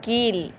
கீழ்